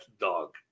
dog